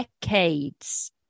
decades